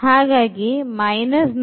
ಹಾಗಾಗಿ 9